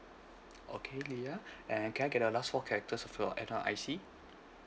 okay leah and can get a last four characters of your N_R_I_C